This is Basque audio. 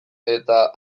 eta